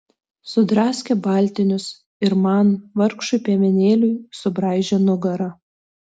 sudraskė baltinius ir man vargšui piemenėliui subraižė nugarą